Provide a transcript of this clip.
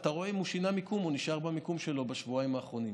ואתה רואה אם הוא שינה מיקום או נשאר במיקום שלו בשבועיים האחרונים.